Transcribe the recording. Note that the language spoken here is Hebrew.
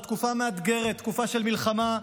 זאת תקופה מאתגרת, תקופה של מלחמה,